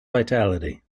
vitality